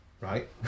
Right